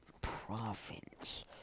province